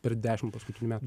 per dešimt paskutinių metų